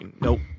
nope